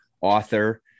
author